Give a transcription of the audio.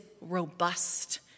robust